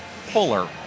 fuller